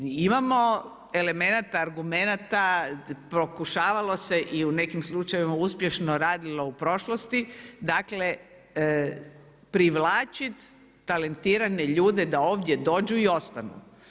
Mi imamo elemenata, argumenata pokušavalo se i u nekim slučajevima uspješno radilo u prošlosti, dakle, privlačit talentirane ljude da ovdje dođu i ostanu.